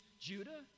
judah